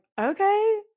okay